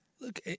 look